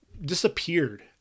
disappeared